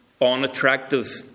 unattractive